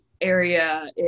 area